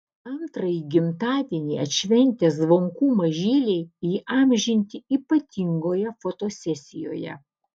antrąjį gimtadienį atšventę zvonkų mažyliai įamžinti ypatingoje fotosesijoje